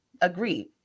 Agreed